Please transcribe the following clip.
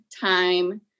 time